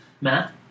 Matt